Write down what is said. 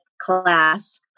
class